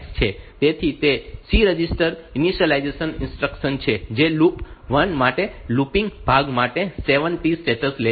તેથી તે C register initialization instruction છે જે લૂપ 1 માટે લૂપિંગ ભાગ માટે 7 T સ્ટેટ્સ લે છે